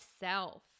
self